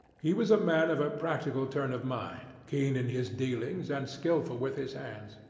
he was a man of a practical turn of mind, keen in his dealings and skilful with his hands.